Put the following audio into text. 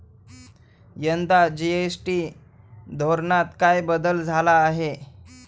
यंदा जी.एस.टी धोरणात काय बदल झाला आहे?